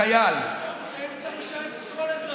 היית צריך לשרת את כל אזרחי ישראל.